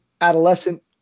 adolescent